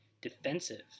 defensive